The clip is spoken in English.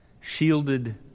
shielded